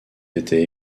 été